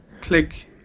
click